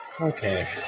Okay